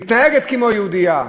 מתנהגת כמו יהודייה.